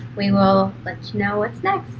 we will let you know what's next.